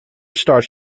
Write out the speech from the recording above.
starts